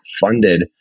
funded